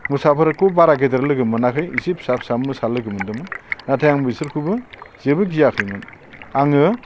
मोसाफोरखौ बारा गेदेर लोगो मोनाखै एसे फिसा फिसा लोगो मोन्दोंमोन नाथाय आं बिसोरखौबो जेबो गियाखैमोन आङो